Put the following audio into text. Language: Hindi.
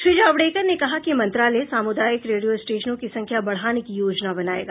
श्री जावडेकर ने कहा कि मंत्रालय सामुदायिक रेडियो स्टेशनों की संख्या बढ़ाने की योजना बनायेगा